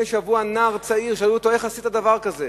שבוע נער צעיר ושאלו אותו: איך עשית דבר כזה?